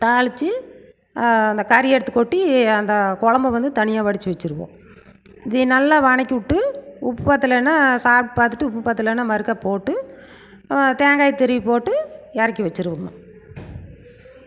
தாளித்து அந்த கறியை எடுத்து கொட்டி அந்த கொழம்பை வந்து தனியா வடித்து வைச்சிருங்க இது நல்லா வதக்கிவுட்டு உப்பு பத்தலனா சாப்பிட்டு பார்த்துட்டு உப்பு பத்தலனா மறுக்கா போட்டு தேங்காய் திருவி போட்டு இறக்கி வச்சிடுவேணுங்க